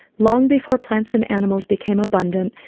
long before plants and animals became abundant,